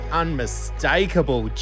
unmistakable